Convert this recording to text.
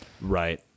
Right